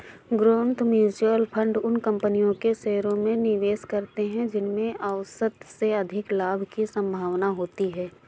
growth mutual fund उन कंपनियों के शेयरों में निवेश करते हैं जिनमें औसत से अधिक लाभ की संभावना होती है